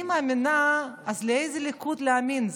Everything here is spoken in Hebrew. אז לאיזה ליכוד להאמין?